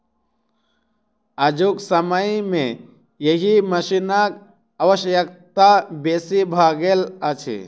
आजुक समय मे एहि मशीनक आवश्यकता बेसी भ गेल अछि